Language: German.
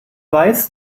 weiß